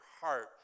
heart